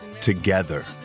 Together